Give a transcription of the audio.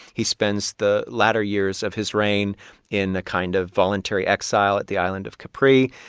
he spends the latter years of his reign in a kind of voluntary exile at the island of capri.